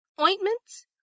Ointments